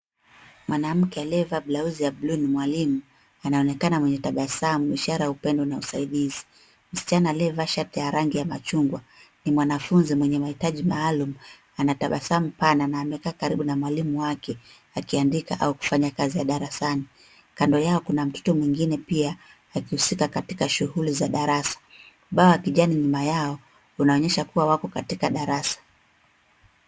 Mwanamke aliyevaa blauzi ya buluu ni mwalimu. Anaonekana mwenye tabasamu ishara ya upendo na usaidizi. Msichana aliyevaa shati ya rangi ya machungwa ni mwanafunzi mwenye mahitaji maalum. Ana tabasamu pana na amekaa karibu na mwalimu wake akiandika au kufanya kazi ya darasani. Kando yao kuna mtoto mwingine pia akihusika katika shughuli za darasa. Ubao wa kijani nyuma yao, unaonyesha kuwa wapo katika darasa.